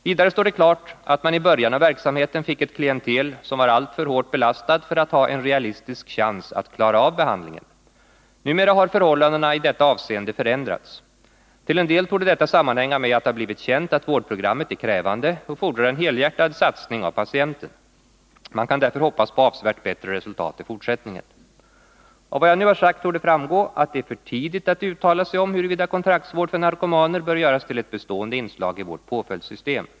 Vidare står det klart att man i början av verksamheten fick ett klientel som var alltför hårt belastat för att ha en realistisk chans att klara av behandlingen. Numera har förhållandena i detta avseende förändrats. Till en del torde detta sammanhänga med att det har blivit känt att vårdprogrammet är krävande och fordrar en helhjärtad satsning av patienten. Man kan därför hoppas på avsevärt bättre resultat i fortsättningen. Av vad jag nu har sagt torde framgå att det är för tidigt att uttala sig om huruvida kontraktsvård för narkomaner bör göras till ett bestående inslag i vårt påföljdssystem.